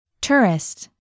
Tourist